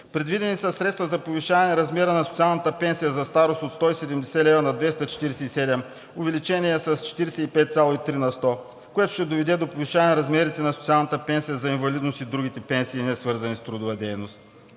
Предвидени са средства за повишаване на размера на социалната пенсия за старост от 170 на 247 лв., увеличение с 45,3%, което ще доведе до повишаване размерите на социалната пенсия за инвалидност и другите пенсии, свързани с нетрудова дейност.